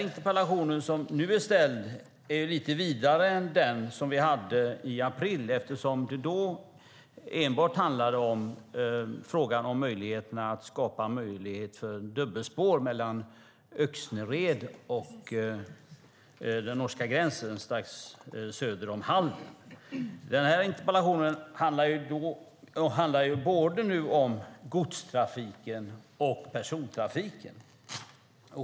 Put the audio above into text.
Interpellationen som är ställd nu är lite vidare än den vi hade i april eftersom det då enbart handlade om att skapa möjlighet för dubbelspår mellan Öxnered och den norska gränsen, strax söder om Halden. Den här interpellationen handlar om både godstrafiken och persontrafiken.